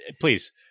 Please